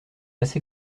assez